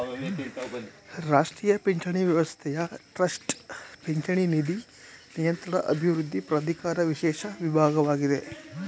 ರಾಷ್ಟ್ರೀಯ ಪಿಂಚಣಿ ವ್ಯವಸ್ಥೆಯ ಟ್ರಸ್ಟ್ ಪಿಂಚಣಿ ನಿಧಿ ನಿಯಂತ್ರಣ ಅಭಿವೃದ್ಧಿ ಪ್ರಾಧಿಕಾರ ವಿಶೇಷ ವಿಭಾಗವಾಗಿದೆ